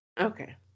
okay